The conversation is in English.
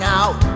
out